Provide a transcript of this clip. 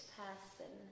person